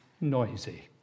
noisy